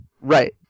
Right